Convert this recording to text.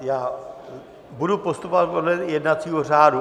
Já budu postupovat podle jednacího řádu.